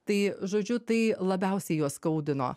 tai žodžiu tai labiausiai juos skaudino